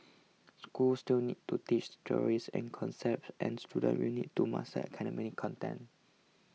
schools still need to teach theories and concepts and students will need to master academic content